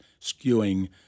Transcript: skewing